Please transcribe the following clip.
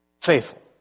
faithful